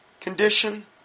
condition